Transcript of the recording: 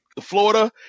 Florida